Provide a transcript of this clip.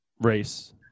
race